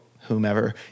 whomever